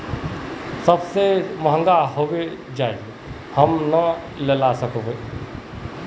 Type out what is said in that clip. ज्यादा महंगा होबे जाए हम ना लेला सकेबे?